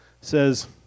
says